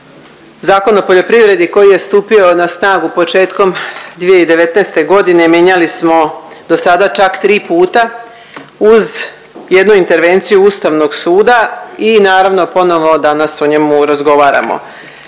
Zakon o poljoprivredi koji je stupio na snagu početkom 2019.g. mijenjali smo dosada čak tri puta uz jednu intervenciju Ustavnog suda i naravno ponovo danas o njemu razgovaramo.